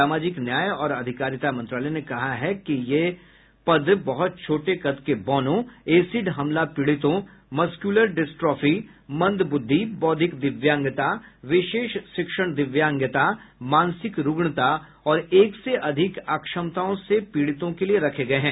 सामाजिक न्याय और अधिकारिता मंत्रालय ने कहा है कि ये पद बहुत छोटे कद के बौनों एसिड हमला पीड़ितों मस्क्यूलर डिस्ट्रॉफी मंदबुद्धि बौद्धिक दिव्यांगता विशेष शिक्षण दिव्यांगता मानसिक रूग्णता और एक से अधिक अक्षमताओं से पीड़ितों के लिए रखे गए हैं